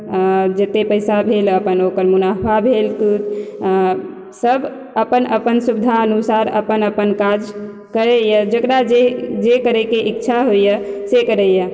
जते पैसा भेल अपन ओकर मुनाफा भेल सब अपन अपन सुविधा अनुसार अपन अपन काज करैया जकरा जे जे करै के इच्छा होइया से करैया